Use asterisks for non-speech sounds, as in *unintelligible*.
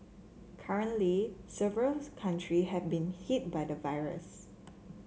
currently several *unintelligible* countries have been hit by the virus